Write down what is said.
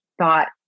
thought